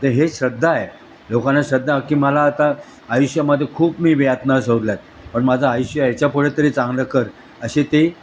तर हे श्रद्धा आहे लोकांना शद्धा की मला आता आयुष्यामध्ये खूप मी यातना सोधल्यात पण माझं आयुष्य याच्यापुढं तरी चांगलं कर असे ते